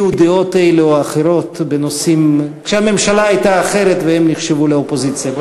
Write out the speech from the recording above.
דעות כאלה ואחרות כשהממשלה הייתה אחרת והם נחשבו לאופוזיציה,